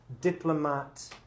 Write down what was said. diplomat